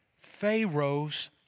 Pharaoh's